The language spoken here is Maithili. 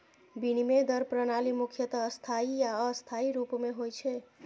विनिमय दर प्रणाली मुख्यतः स्थायी आ अस्थायी रूप मे होइ छै